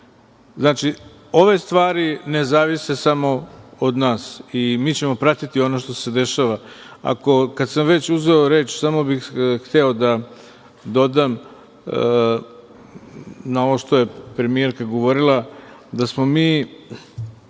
Znači, ove stvari ne zavise samo od nas i mi ćemo pratiti ono što se dešava. Kad sam već uzeo reč, samo bih hteo da dodam na ovo što je premijerka govorila, da smo mi